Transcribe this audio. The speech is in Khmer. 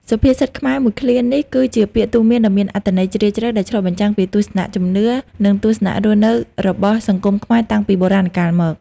សុភាសិតខ្មែរមួយឃ្លានេះ គឺជាពាក្យទូន្មានដ៏មានអត្ថន័យជ្រាលជ្រៅ ដែលឆ្លុះបញ្ចាំងពីទស្សនៈជំនឿ និងទស្សនៈរស់នៅរបស់សង្គមខ្មែរតាំងពីបុរាណកាលមក។